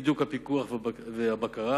הידוק הפיקוח והבקרה,